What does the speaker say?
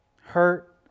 hurt